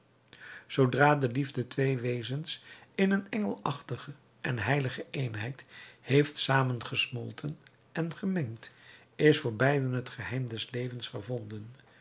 zoodra de liefde twee wezens in een engelachtige en heilige eenheid heeft samengesmolten en gemengd is voor beiden het geheim des levens gevonden